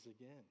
again